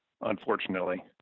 unfortunately